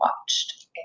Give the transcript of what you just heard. watched